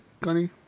Gunny